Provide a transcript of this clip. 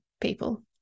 people